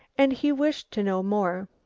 and he wished to know more.